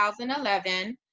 2011